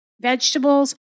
vegetables